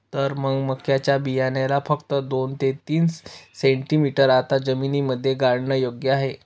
तर मग मक्याच्या बियाण्याला फक्त दोन ते तीन सेंटीमीटर आत जमिनीमध्ये गाडने योग्य आहे